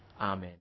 Amen